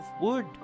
wood